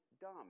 dumb